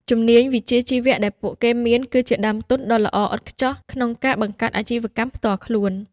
ជំនាញវិជ្ជាជីវៈដែលពួកគេមាន គឺជាដើមទុនដ៏ល្អឥតខ្ចោះក្នុងការបង្កើតអាជីវកម្មផ្ទាល់ខ្លួន។